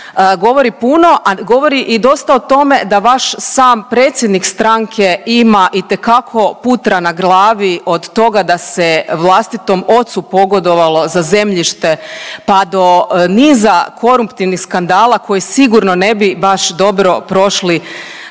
govori puno, a govori i dosta o tome da vaš sam predsjednik stranke ima itekako putra na glavi od toga da se vlastitom ocu pogodovalo za zemljište pa do niza koruptivnih skandala koji sigurno ne bi baš dobro prošli